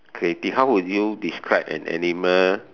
creative how would you describe an animal